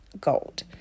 gold